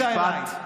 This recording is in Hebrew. משפט.